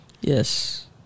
Yes